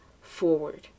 forward